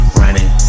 running